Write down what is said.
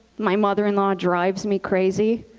my mother-in-law drives me crazy,